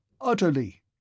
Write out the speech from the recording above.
Utterly